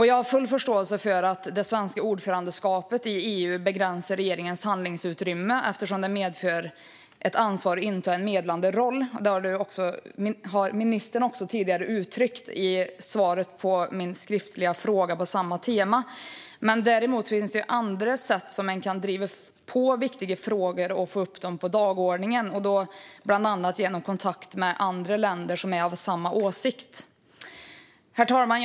Jag har full förståelse för att det svenska ordförandeskapet i EU begränsar regeringens handlingsutrymme eftersom det medför ett ansvar att inta en medlande roll. Det har ministern också tidigare uttryckt i svaret på min skriftliga fråga på samma tema. Däremot finns det andra sätt som man kan driva på viktiga frågor och få upp dem på dagordningen, bland annat genom kontakt med andra länder som är av samma åsikt. Herr talman!